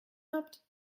habt